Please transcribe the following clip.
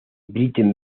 trinity